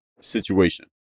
situation